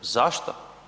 Zašto?